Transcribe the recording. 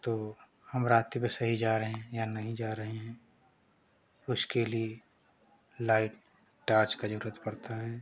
तो हम रात में सही जा रहे हैं या नहीं जा रहे हैं उसके लिए लाइट टॉर्च की ज़रूरत पड़ती है